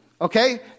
okay